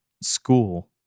school